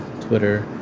Twitter